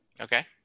Okay